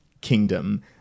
kingdom